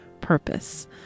purpose